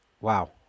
Wow